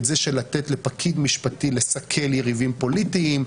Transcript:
לתת לפקיד משפטי לסכל יריבים פוליטיים,